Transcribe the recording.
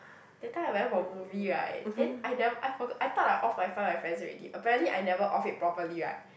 that time I went for movie right then I never I forgot I thought I off Find My Friends already apparently I never off it properly right